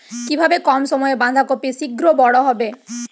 কিভাবে কম সময়ে বাঁধাকপি শিঘ্র বড় হবে?